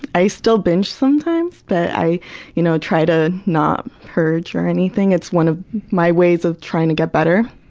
i still binge sometimes, but i you know try to not purge or anything. it's one of my ways of trying to get better.